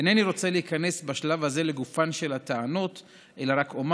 אינני רוצה להיכנס בשלב הזה לגופן של הטענות אלא רק אומר